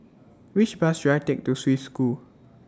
Which Bus should I Take to Swiss School